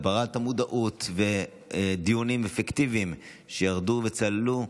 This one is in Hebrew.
הגברת המודעות ודיונים אפקטיביים שירדו וצללו,